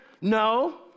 no